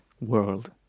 world